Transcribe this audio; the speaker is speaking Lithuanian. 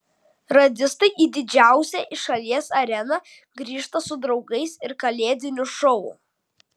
radistai į didžiausią šalies areną grįžta su draugais ir kalėdiniu šou